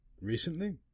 Recently